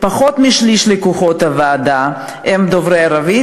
פחות משליש לקוחות הוועדה הם דוברי ערבית,